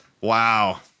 Wow